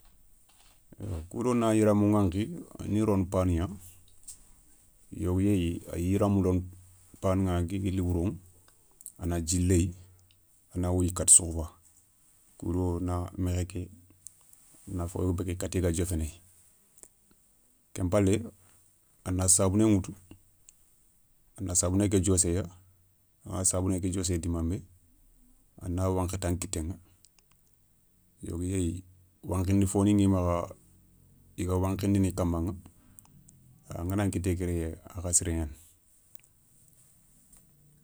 Kou do na yiramou ηankhi ni rono panouηa, yogo yéyi ayi yiramou loono panouηa guili guili wouro a na dji léye, a na wouyi kata soukhouba koudo na mékhé ké na fo béguéyi katti ga diofénéye. ken palé a na sabouné ηutu a na sabouné ké diosséya, angana sabouné ké diosséye dimanbé a na wankhi tan kitéηa. Yogoni yéyi wankhindi fo ni ηi makha i ga wankhidini kamaηa angana nkité ké réye a kha sirégnani.